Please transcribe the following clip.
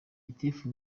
gitifu